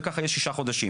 זה ככה יהיה שישה חודשים.